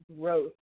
growth